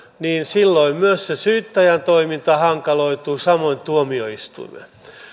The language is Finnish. niin silloin myös se syyttäjän toiminta hankaloituu samoin tuomioistuimen